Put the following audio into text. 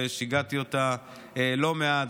ששיגעתי אותה לא מעט,